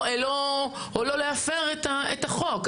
או לא להפר את החוק.